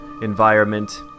environment